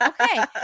Okay